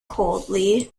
coldly